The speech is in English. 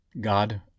God